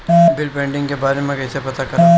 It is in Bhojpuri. बिल पेंडींग के बारे में कईसे पता करब?